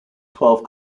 twelve